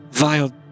Vile